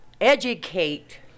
educate